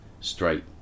straight